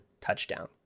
touchdown